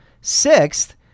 Sixth